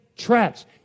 traps